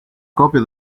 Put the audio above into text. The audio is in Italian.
copia